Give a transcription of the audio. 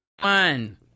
One